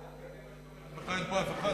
אין פה אף אחד,